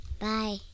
Bye